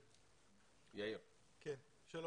שלום.